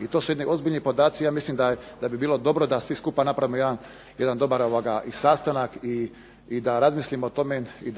I to su ozbiljni podaci. Ja mislim da bi bilo dobro da svi skupi napravimo jedan dobar i sastanak i da razmislimo o tome i